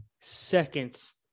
seconds